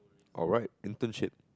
alright internship